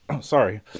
Sorry